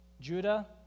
Judah